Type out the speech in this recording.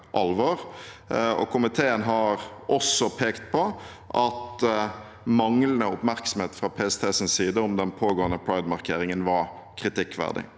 Komiteen har også pekt på at manglende oppmerksomhet fra PSTs side om den pågående pride-markeringen var kritikkverdig.